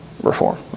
reform